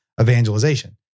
evangelization